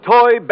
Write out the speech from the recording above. Toy